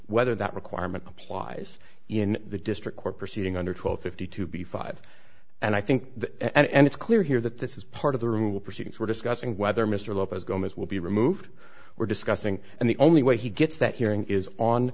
whether that requirement applies in the district court proceeding under twelve fifty two b five and i think that and it's clear here that this is part of the rule proceedings we're discussing whether mr lopez gomez will be removed we're discussing and the only way he gets that hearing is on